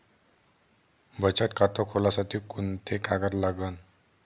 बचत खात खोलासाठी कोंते कागद लागन?